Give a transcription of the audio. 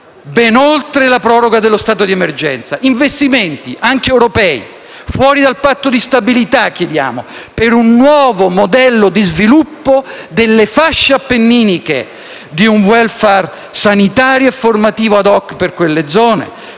ben oltre la proroga dello stato di emergenza. Chiediamo investimenti, anche europei, fuori dal patto di stabilità, per un nuovo modello di sviluppo delle fasce appenniniche, per un *welfare* sanitario e formativo *ad hoc* per quelle zone,